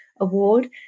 Award